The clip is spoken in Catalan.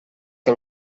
que